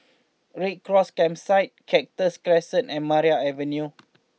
Red Cross Campsite Cactus Crescent and Maria Avenue